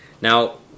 Now